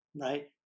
right